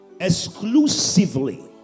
Exclusively